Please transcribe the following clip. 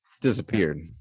disappeared